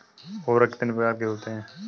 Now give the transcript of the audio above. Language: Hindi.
उर्वरक कितने प्रकार के होते हैं?